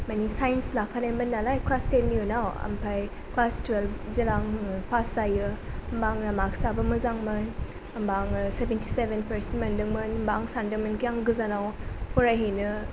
माने साइन्स लाखानायमोन नालाय क्लास टेननि उनाव ओमफ्राय क्लास टुवेल्ब जेब्ला पास जायो होमब्ला आंना मार्क्साबो मोजांमोन होमब्ला आङो सेभेन्टि सेभेन पारसेन्ट मोनदोंमोन होमब्ला आं सानदोंमोनखि आं गोजानाव फरायहैनो